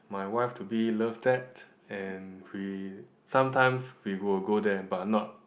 my wife to be love that and we sometimes we will go there but not